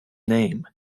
name